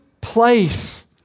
place